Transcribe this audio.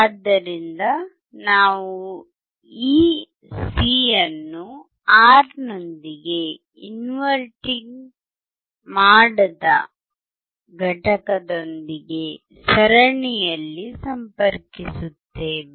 ಆದ್ದರಿಂದ ನಾವು ಈ C ಅನ್ನು R ನೊಂದಿಗೆ ಇನ್ವರ್ಟಿಂಗ್ ನೊನ್inverting ಮಾಡದ ಘಟಕದೊಂದಿಗೆ ಸರಣಿಯಲ್ಲಿ ಸಂಪರ್ಕಿಸುತ್ತೇವೆ